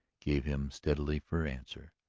gave him steadily for answer